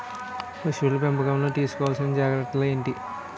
పశువుల పెంపకంలో తీసుకోవల్సిన జాగ్రత్త లు ఏంటి?